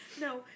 no